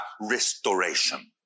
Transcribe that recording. restoration